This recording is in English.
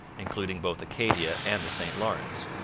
including both acadia and the st lawrence.